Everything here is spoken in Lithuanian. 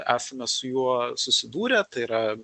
esame su juo susidūrę tai yra